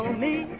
me